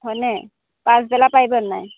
হয়নে পাছবেলা পাৰিবনে নাই